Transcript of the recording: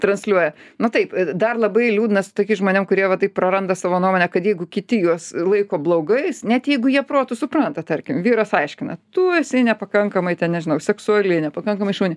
transliuoja nu taip dar labai liūdna su tokiais žmonėm kurie va taip praranda savo nuomonę kad jeigu kiti juos laiko blogais net jeigu jie protu supranta tarkim vyras aiškina tu esi nepakankamai ten nežinau seksuali nepakankamai šauni